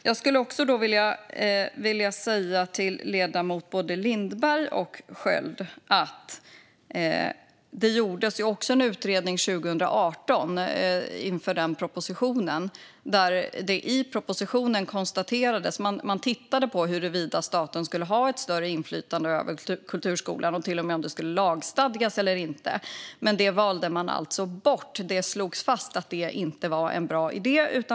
Jag skulle vilja säga till ledamöterna Lindberg och Sköld att inför propositionen som lades fram 2018 gjordes en utredning. Man tittade på huruvida staten skulle ha ett större inflytande över kulturskolan, till och med om det skulle lagstadgas eller inte. Men det valde man bort. Det slogs fast att det inte var en bra idé.